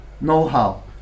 know-how